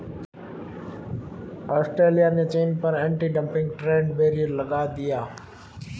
Australia ने चीन पर एंटी डंपिंग ट्रेड बैरियर लगा दिया